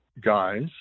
guys